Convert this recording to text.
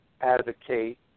advocate